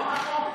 לא נכון.